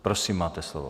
Prosím, máte slovo.